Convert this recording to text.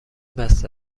بسته